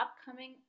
upcoming